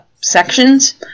sections